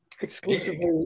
exclusively